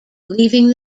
leaving